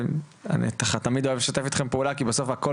ואני תמיד אוהב לשתף אתכם פעולה כי בסוף הקול